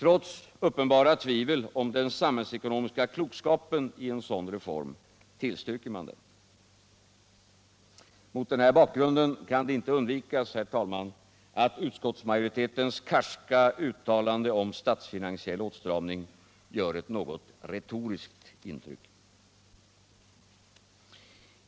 Trots uppenbara tvivel om den samhällsekonomiska klokskapen i en sådan reform tillstyrker man den. Mot den här bakgrunden kan det inte undvikas, herr talman, att utskottsmajoritetens karska uttalande om statsfinansiell åtstramning gör ett något retoriskt intryck.